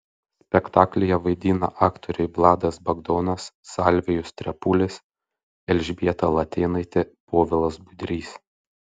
spektaklyje vaidina aktoriai vladas bagdonas salvijus trepulis elžbieta latėnaitė povilas budrys